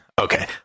Okay